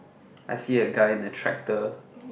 I see a guy in a tractor